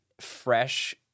fresh